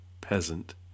peasant